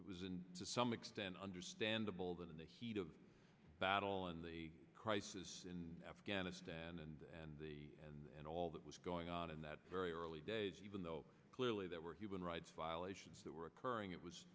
it was and to some extent understandable that in the heat of battle and the crisis in afghanistan and the and all that was going on in that very early days even though clearly that were human rights violations that were occurring it was